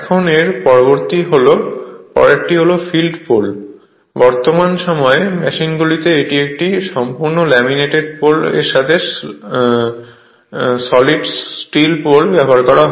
এখন এর পরেরটি হল ফিল্ড পোল বর্তমান সময়ের মেশিন গুলিতে এটি একটি সম্পূর্ণ ল্যামিনেটেড পোল এর সাথে সলিড স্টিল পোল ব্যবহার করা হয়